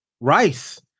Rice